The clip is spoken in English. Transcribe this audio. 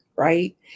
right